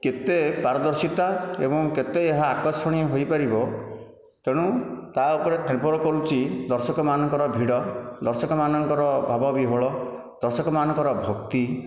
କେତେ ପାରଦର୍ଶିତା ଏବଂ କେତେ ଏହା ଆକର୍ଷଣୀୟ ହୋଇପାରିବ ତେଣୁ ତାଉପରେ ନିର୍ଭର କରୁଛି ଦର୍ଶକମାନଙ୍କର ଭିଡ଼ ଦର୍ଶକମାନଙ୍କର ଭାବ ବିହ୍ଵଳ ଦର୍ଶକମାନଙ୍କର ଭକ୍ତି